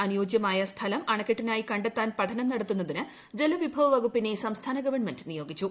അനുയോജ്യമായ സ്ഥലം അണക്കെട്ടിനായി കണ്ടെത്താൻ പഠനം നടത്തുന്നതിന് ജലവിഭവ വകുപ്പിനെ സംസ്ഥാന ഗവൺമെന്റ് നിയോഗിച്ചു